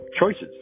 choices